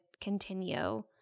continue